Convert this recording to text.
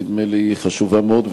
שנדמה לי שהיא חשובה מאוד.